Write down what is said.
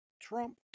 Trump